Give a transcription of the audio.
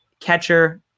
Catcher